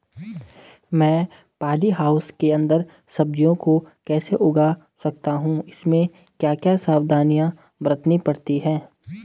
मैं poly house के अन्दर सब्जियों को कैसे उगा सकता हूँ इसमें क्या क्या सावधानियाँ बरतनी पड़ती है?